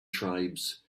tribes